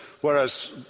whereas